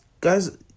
Guys